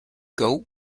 goat